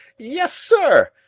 yes, sir,